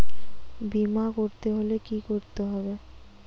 বিমা করতে হলে কি করতে হবে?